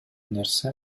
нерсе